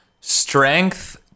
strength